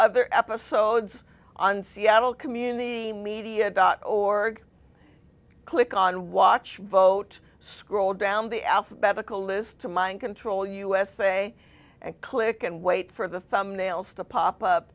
other episodes on seattle community media dot org click on watch vote scroll down the alphabetical list to mind control usa and click and wait for the thumbnails to pop up